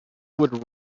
would